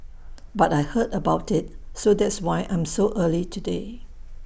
but I heard about IT so that's why I'm so early today